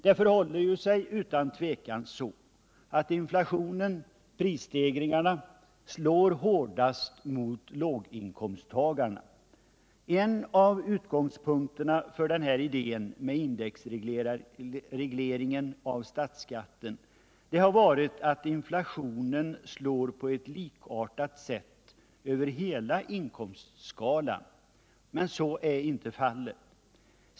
Det förhåller sig utan tvivel så, att inflationen och prisstegringarna slår hårdast mot låginkomsttagarna. En av utgångspunkterna för ideén med indexregleringen av statsskatten har varit att inflationen slår på ett likartat sätt över hela inkomstskalan, men så är inte fallet.